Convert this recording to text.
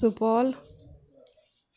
Supaul